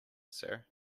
sir